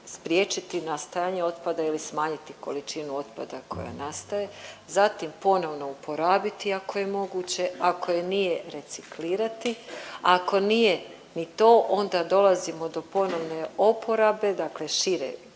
spriječiti nastajanje otpada ili smanjiti količinu otpada koja nastaje zatim ponovno uporabiti ako je moguće, ako nije reciklirati. Ako nije ni to onda dolazimo do ponovne oporabe dakle šireg pojma